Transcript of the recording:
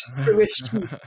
fruition